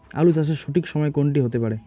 আলু চাষের সঠিক সময় কোন টি হতে পারে?